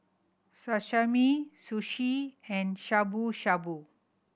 Sashimi Sushi and Shabu Shabu